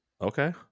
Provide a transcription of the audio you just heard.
Okay